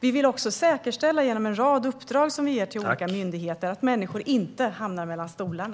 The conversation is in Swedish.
Vi vill också säkerställa, genom en rad uppdrag som vi ger till olika myndigheter, att människor inte hamnar mellan stolarna.